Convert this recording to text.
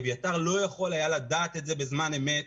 אביתר לא יכול היה לדעת את זה בזמן אמת,